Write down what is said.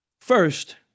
First